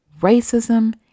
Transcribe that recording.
racism